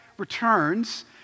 returns